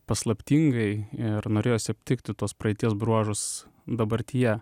paslaptingai ir norėjosi aptikti tos praeities bruožus dabartyje